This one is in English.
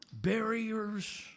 Barriers